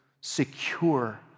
secure